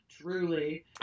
Truly